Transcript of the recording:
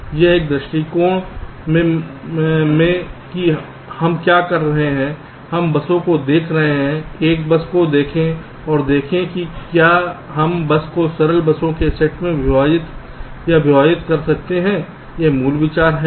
अब इस दृष्टिकोण में कि हम क्या कह रहे हैं हम बसों को देख रहे हैं एक बस को देख और देखें कि क्या हम बस को सरल बसों के सेट में विभाजित या विभाजित कर सकते हैं यह मूल विचार है